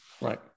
Right